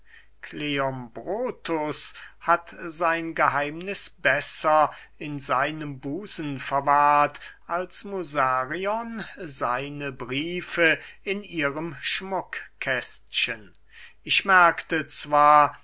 kleombrotus hat sein geheimniß besser in seinem busen verwahrt als musarion seine briefe in ihrem schmuckkistchen ich merkte zwar